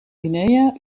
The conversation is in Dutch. guinea